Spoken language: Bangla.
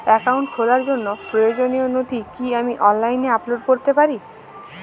অ্যাকাউন্ট খোলার জন্য প্রয়োজনীয় নথি কি আমি অনলাইনে আপলোড করতে পারি?